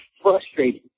frustrating